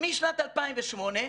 משנת 2008,